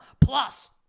Plus